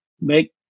make